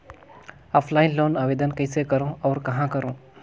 Offline loan आवेदन कइसे करो और कहाँ करो?